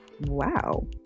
Wow